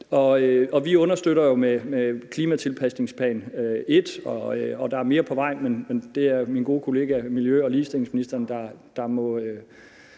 Vi understøtter jo med klimatilpasningsplan 1, og der er mere på vej. Men det er min gode kollega miljø- og ligestillingsministeren, der må